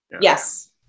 Yes